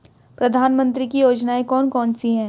प्रधानमंत्री की योजनाएं कौन कौन सी हैं?